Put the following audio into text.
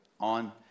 on